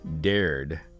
dared